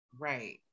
right